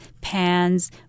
pans